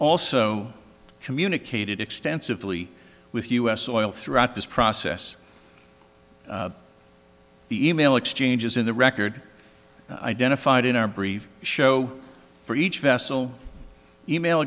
also communicated extensively with us oil throughout this process the e mail exchanges in the record identified in our brief show for each vessel email